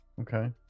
Okay